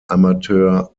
amateur